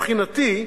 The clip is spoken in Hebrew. מבחינתי,